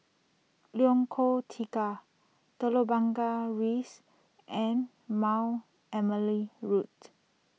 Lengkong Tiga Telok Blangah Rise and Mount Emily Road